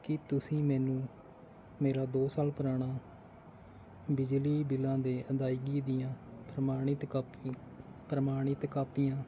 ਕੀ ਤੁਸੀਂ ਮੈਨੂੰ ਮੇਰਾ ਦੋ ਸਾਲ ਪੁਰਾਣਾ ਬਿਜਲੀ ਬਿੱਲਾਂ ਦੇ ਅਦਾਇਗੀ ਦੀਆਂ ਪ੍ਰਮਾਣਿਤ ਕਾਪੀ ਪ੍ਰਮਾਣਿਤ ਕਾਪੀਆਂ